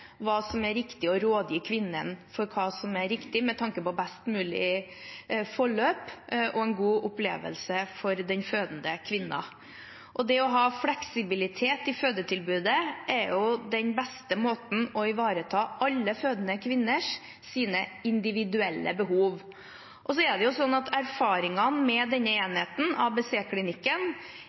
hva som er riktig å gi råd til kvinnen om med tanke på best mulig forløp og en god opplevelse for den fødende. Det å ha fleksibilitet i fødetilbudet, er den beste måten å ivareta alle fødende kvinners individuelle behov på. Erfaringene med denne enheten, ABC-klinikken, er med videre. Det er de faglige vurderingene som også er med